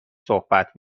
صحبت